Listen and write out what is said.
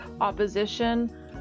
opposition